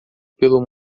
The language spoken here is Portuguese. pelo